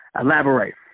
Elaborate